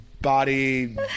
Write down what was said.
body